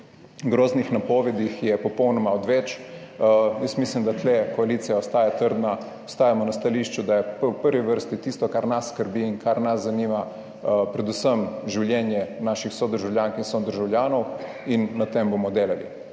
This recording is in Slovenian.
groznih napovedi popolnoma odveč. Jaz mislim, da tu koalicija ostaja trdna, ostajamo na stališču, da je v prvi vrsti tisto, kar nas skrbi in kar nas zanima, predvsem življenje naših sodržavljank in sodržavljanov in na tem bomo delali.